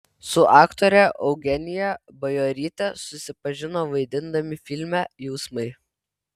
su aktore eugenija bajoryte susipažino vaidindami filme jausmai